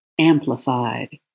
amplified